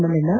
Mallanna